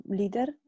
leader